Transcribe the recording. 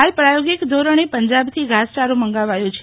હાલ પ્રાયોગિક ધોરણે પંજાબથી ઘાસચારો મંગાવાયો છે